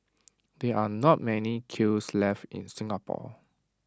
there are not many kilns left in Singapore